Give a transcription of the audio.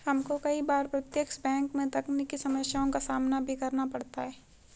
हमको कई बार प्रत्यक्ष बैंक में तकनीकी समस्याओं का सामना भी करना पड़ता है